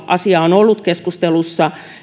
asia on ollut keskustelussa